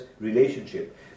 relationship